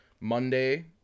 Monday